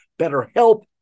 BetterHelp